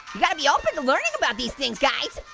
you've gotta be open to learning about these things, guys.